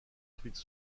truite